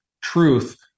truth